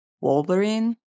Wolverine